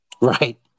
Right